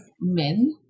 men